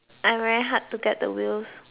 I'm very hard to get the wheels